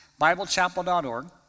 biblechapel.org